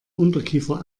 unterkiefer